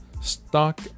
Stock